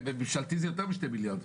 בממשלתי זה יותר משני מיליארד.